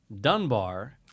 Dunbar